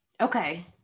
Okay